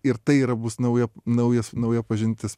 ir tai yra bus nauja naujas nauja pažintis